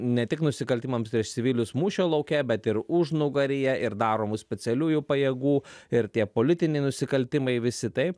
ne tik nusikaltimams prieš civilius mūšio lauke bet ir užnugaryje ir daromus specialiųjų pajėgų ir tie politiniai nusikaltimai visi taip